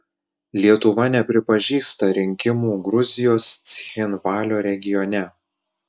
lietuva nepripažįsta rinkimų gruzijos cchinvalio regione